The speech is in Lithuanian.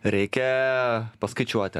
reikia paskaičiuoti